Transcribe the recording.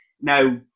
Now